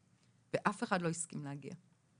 ואף אחד לא הסכים להגיע.